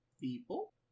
People